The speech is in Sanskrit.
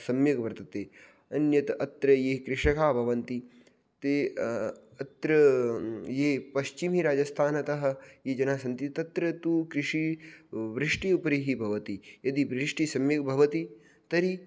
सम्यक् वर्तते अन्यत् अत्र ये कृषकाः भवन्ति ते अत्र ये पश्चिमराजस्थानतः ये जनाः सन्ति तत्र तु कृषि वृष्टि उपरि भवति यदि वृष्टिः सम्यक् भवति तर्हि